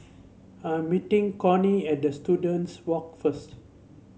I'm meeting Cornie at the Students Walk first